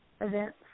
events